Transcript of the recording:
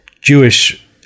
Jewish